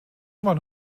immer